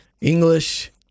English